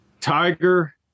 Tiger